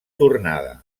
tornada